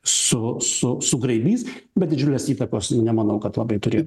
su su sugraibys bet didžiulės įtakos nemanau kad labai turi